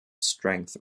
strength